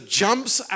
jumps